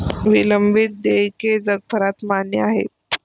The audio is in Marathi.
विलंबित देयके जगभरात मान्य आहेत